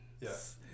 Yes